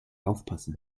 aufpasse